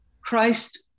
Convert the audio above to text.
Christ